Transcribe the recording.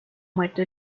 muerto